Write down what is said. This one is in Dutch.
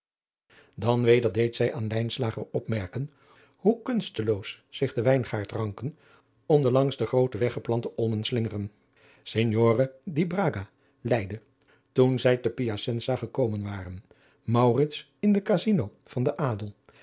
dan weder deed zij aan lijnslager opmerken hoe kunsteloos zich de wijngaardranken om de langs den grooten weg geplante olmen slingeren signore di braga leidde toen zij te piacensa gekomen waren maurits in de casino van den adel